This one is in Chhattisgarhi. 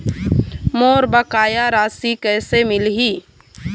मोर बकाया राशि कैसे मिलही?